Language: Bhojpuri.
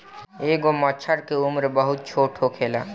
एगो मछर के उम्र बहुत छोट होखेला